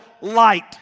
light